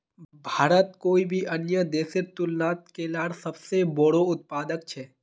भारत कोई भी अन्य देशेर तुलनात केलार सबसे बोड़ो उत्पादक छे